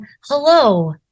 Hello